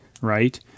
right